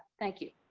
thank you.